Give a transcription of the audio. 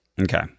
Okay